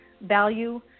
value